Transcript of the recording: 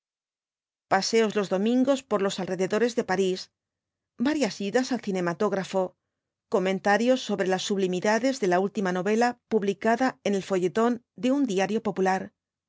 paseos los domingos por los alrededores de parís varias idas al cinematógrafo comentarios sobre las sublimidades de la última novela publicada en el folletón de un diario popular